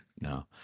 No